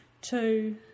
two